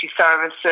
Services